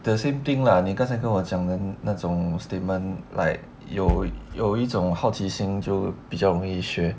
the same thing lah 你刚才跟我讲的那种 statement like 有有一种好奇心就比较容易学